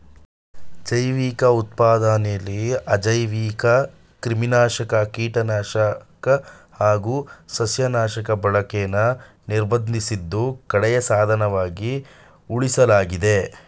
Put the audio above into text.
ಜೈವಿಕ ಉತ್ಪಾದನೆಲಿ ಅಜೈವಿಕಕ್ರಿಮಿನಾಶಕ ಕೀಟನಾಶಕ ಹಾಗು ಸಸ್ಯನಾಶಕ ಬಳಕೆನ ನಿರ್ಬಂಧಿಸಿದ್ದು ಕಡೆಯ ಸಾಧನವಾಗಿ ಉಳಿಸಲಾಗಿದೆ